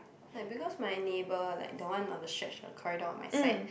like because my neighbor like the one on the stretch on the corridor on my side